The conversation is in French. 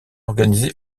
organisé